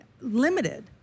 limited